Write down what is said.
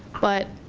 but